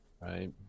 Right